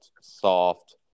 soft